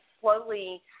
slowly